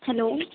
hello